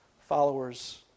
followers